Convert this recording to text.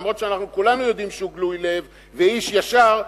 למרות שאנחנו כולנו יודעים שהוא גלוי לב ואיש ישר,